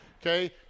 Okay